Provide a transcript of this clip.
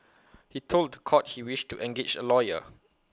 he told court he wished to engage A lawyer